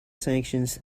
sanctions